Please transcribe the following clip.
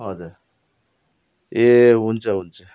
हजर ए हुन्छ हुन्छ